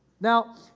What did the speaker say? Now